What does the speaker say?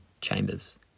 Chambers